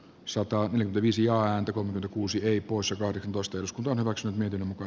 sota oli viisi ääntä kuusi eli kuusi kahdeksan kosteus kanavakseen miten muka